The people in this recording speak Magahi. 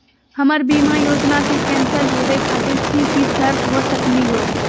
हमर बीमा योजना के कैन्सल होवे खातिर कि कि शर्त हो सकली हो?